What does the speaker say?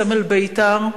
סמל בית"ר,